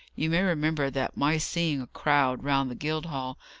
you may remember that my seeing a crowd round the guildhall,